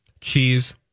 cheese